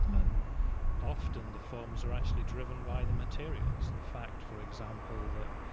and often, the forms are actually driven by the materials, the fact, for example that,